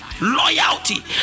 loyalty